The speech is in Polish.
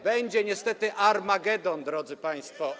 Będzie niestety armagedon, drodzy państwo.